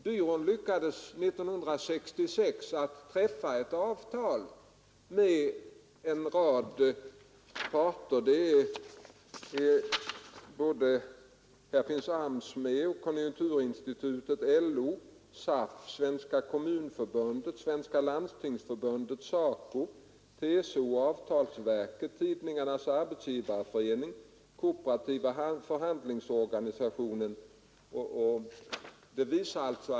Byrån lyckades 1966 träffa ett avtal med en rad parter — AMS, konjunkturinstitutet, LO, SAF, Svenska kommunförbundet, Svenska landstingsförbundet, SACO, TCO, avtalsverket, Tidningarnas arbetsgivareförening och Kooperationens förhandlingsorganisation.